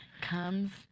comes